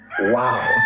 Wow